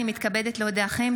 אני מתכבדת להודיעכם,